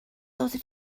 oeddet